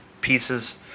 pieces